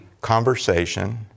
conversation